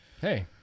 hey